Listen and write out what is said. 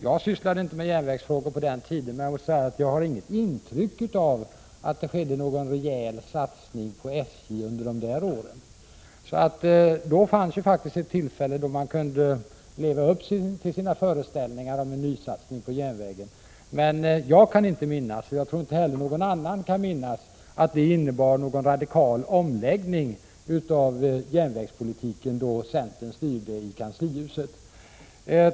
Jag sysslade inte med järnvägsfrågor på den tiden, men jag måste säga att jag inte har något intryck av att det skedde någon rejäl satsning på SJ under de åren. Det fanns faktiskt ett tillfälle när man kunde ha levat upp till sina föreställningar om en nysatsning på järnvägen. Jag kan inte minnas — och jag tror inte heller någon annan kan det — att det skedde någon radikal omläggning av järnvägspolitiken då centern styrde i kanslihuset.